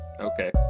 Okay